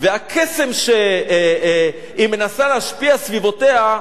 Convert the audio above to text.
והקסם שהיא מנסה להשפיע סביבותיה,